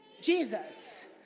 Jesus